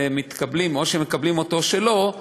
ואו שמקבלים אותו או שלא,